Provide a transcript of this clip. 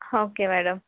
okay madam